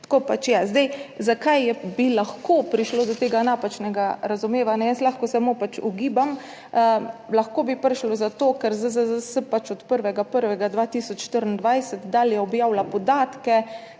Tako pač je. Zakaj bi lahko prišlo do tega napačnega razumevanja, lahko jaz samo ugibam. Lahko bi prišlo zato, ker ZZZS od 1. 1. 2024 dalje objavlja podatke